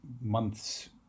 months